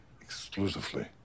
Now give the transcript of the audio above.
exclusively